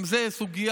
גם זו סוגיה